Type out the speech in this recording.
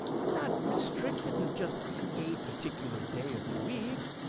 i'm not restricted to just a particular day of the week,